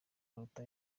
aruta